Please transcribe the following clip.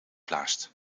blaast